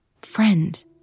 Friend